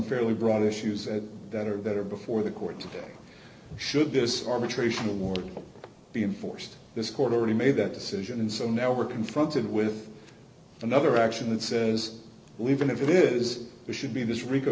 fairly broad issues that are that are before the court today should this arbitration award be enforced this court already made that decision and so now we're confronted with another action that says will even if it is there should be this rico